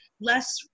less